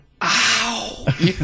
ow